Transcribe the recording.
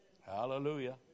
hallelujah